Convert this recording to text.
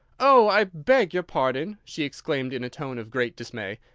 oh, i beg your pardon! she exclaimed in a tone of great dismay,